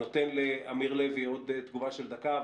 אני נותן לאמיר הלוי עוד תגובה של דקה.